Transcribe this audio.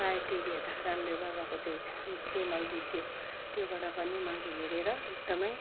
प्रायः टिभी हेर्दाखेरि रामदेव बाबाको त्यो च्यानल दिन्थ्यो त्योबाट पनि मैले हेरेर एकदम